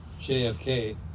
JFK